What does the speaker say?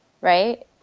right